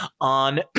On